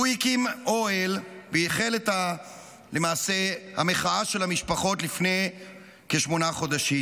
הקים אוהל והחל למעשה את המחאה של המשפחות לפני כשמונה חודשים.